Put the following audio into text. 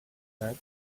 that